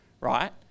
right